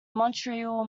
montreal